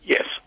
Yes